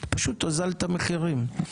פשוט הוזלת מחירים.